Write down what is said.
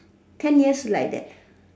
ten years like that